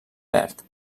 verd